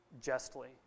justly